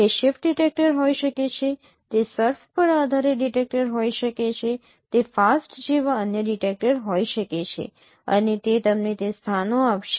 તે SIFT detector હોઈ શકે છે તે SURF પર આધારિત ડિટેક્ટર હોઈ શકે છે તે FAST જેવા અન્ય ડિટેક્ટર હોઈ શકે છે અને તે તમને તે સ્થાનો આપશે